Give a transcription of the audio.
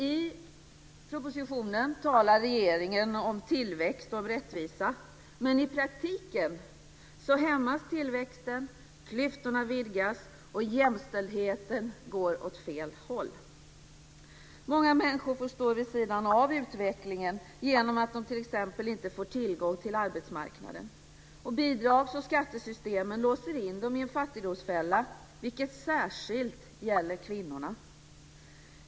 I propositionen talar regeringen om tillväxt och rättvisa, men i praktiken hämmas tillväxten, klyftorna vidgas och jämställdheten går åt fel håll. Många människor får stå vid sidan av utvecklingen genom att de t.ex. inte får tillgång till arbetsmarknaden. Bidrags och skattesystemen låser in dem i en fattigsdomsfälla, vilket särskilt gäller kvinnorna.